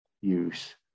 use